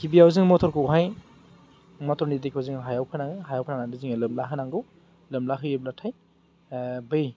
गिबियाव जों मथरखौहाय मथरनि दैखौ जोङो हायाव फोनाङो हायाव फोनांनानै जोङो लोमला होनांगौ लोमला होयोब्लाथाय बै